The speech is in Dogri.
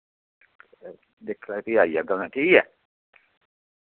दिक्खी लैयो फ्ही आई जागा मैं ठीक ऐ